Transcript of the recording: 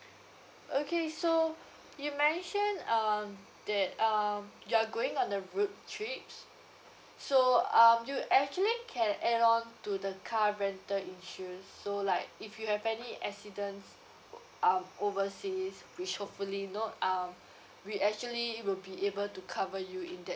okay so you mention um that um you're going on the road trip so um you actually can add on to the car rental insurance so like if you have any accidents um overseas which hopefully not um we actually will be able to cover you in that